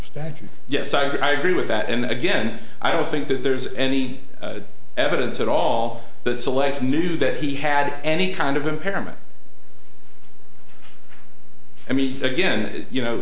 statute yes i agree with that and again i don't think that there's any evidence at all that select knew that he had any kind of impairment i mean again you know